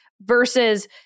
versus